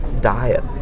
diet